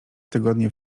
tygodnie